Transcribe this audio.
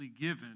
given